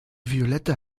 violette